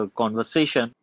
conversation